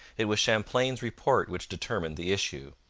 it was champlain's report which determined the issue.